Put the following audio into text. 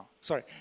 sorry